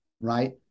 right